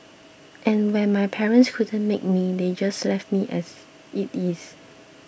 and when my parents couldn't make me they just left me as it is